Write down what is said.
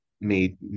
made